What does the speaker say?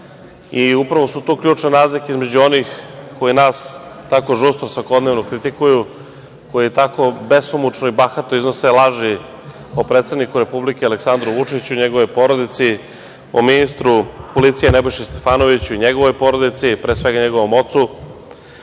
i upravo su to ključne razlike između onih koje nas tako žustro svakodnevno kritikuju, koji tako besomučno i bahato iznose laži o predsedniku Republike Aleksandru Vučiću i njegove porodice, o ministru policije, Nebojši Stefanoviću i njegovoj porodici, pre svega, njegovom ocu,